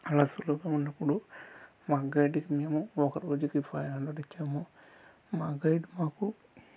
అలా సులువుగా ఉన్నప్పుడు మా గైడుకి మేము ఒకరోజుకి ఫైవ్ హండ్రెడ్ ఇచ్చాము మా గైడ్ మాకు